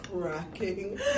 cracking